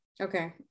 Okay